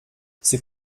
c’est